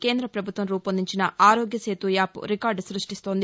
కేంద పభుత్వం రూపొందించిన ఆరోగ్య సేతు యాప్ రికార్డు స్పష్టిస్తోంది